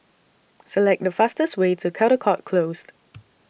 Select The fastest Way to Caldecott Close